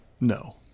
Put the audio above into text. No